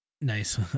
Nice